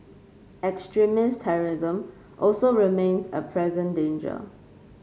extremist terrorism also remains a present danger